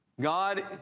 God